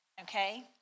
okay